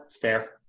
fair